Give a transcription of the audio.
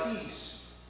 peace